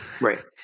Right